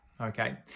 Okay